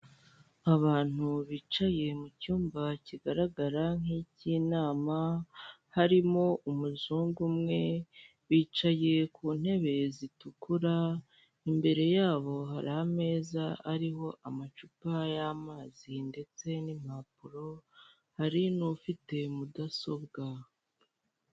Abantu bicaye mucyumba kigaragara nkicy'inama, harimo umuzungu umwe, bicaye ku ntebe zitukura, imbere yabo hari ameza ariho amacupa y'amazi ndetse n'impapuro, hari n'ufite mudasobwa.